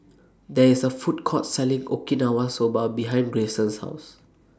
There IS A Food Court Selling Okinawa Soba behind Grayson's House